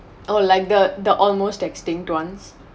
oh like the the almost extinct ones